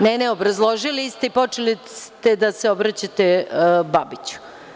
Ne, obrazložili ste i počeli ste da se obraćate Babiću.